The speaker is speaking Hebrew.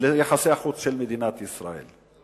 ליחסי החוץ של מדינת ישראל.